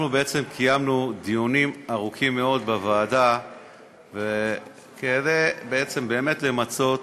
אנחנו קיימנו דיונים ארוכים מאוד בוועדה כדי למצות